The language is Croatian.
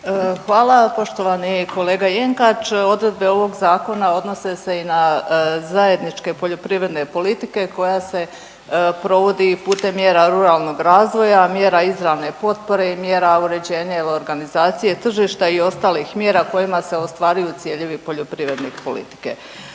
Hvala. Poštovani kolega Jenkač, odredbe ovog zakona odnose se i na zajedničke poljoprivredne politike koja se provodi putem mjera ruralnog razvoja, mjera izravne potpore i mjera uređenja ili organizacije tržišta i ostalih mjera kojima se ostvaruju ciljevi poljoprivredne politike.